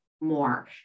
more